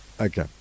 Okay